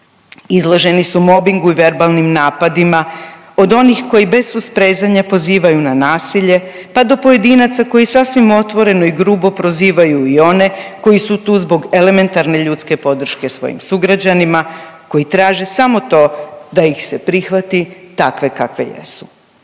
Izloženi su mobingu i verbalnim napadima od onih koji bez susprezanja pozivaju na nasilje, pa do pojedinaca koji sasvim otvoreno i grubo prozivaju i one koji su tu zbog elementarne ljudske podrške svojim sugrađanima, koji traže samo to da ih se prihvati takve kakve jesu.